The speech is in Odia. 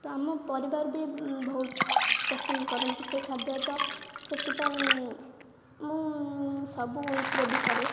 ତ ଆମ ପରିବାର ବି ବହୁତ ପସନ୍ଦ କରନ୍ତି ସେ ଖାଦ୍ୟ ତ ସେଥିପାଇଁ ମୁଁ ସବୁ ଉଇକ୍ରେ ବି କରେ